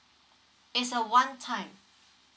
it's a one time